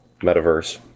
metaverse